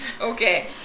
Okay